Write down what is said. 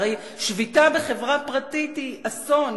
הרי שביתה בחברה פרטית היא אסון.